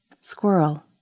squirrel